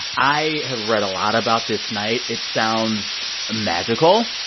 i have read a lot about this night. it sounds magical.